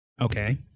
Okay